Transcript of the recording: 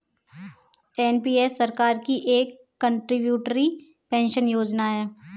NPS सरकार की एक कंट्रीब्यूटरी पेंशन योजना है